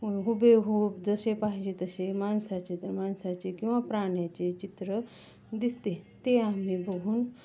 हुबेहूब जसे पाहिजे तसे माणसाचे तर माणसाचे किंवा प्राण्याचे चित्र दिसते ते आम्ही बघून